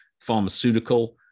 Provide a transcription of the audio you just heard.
pharmaceutical